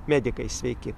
medikai sveiki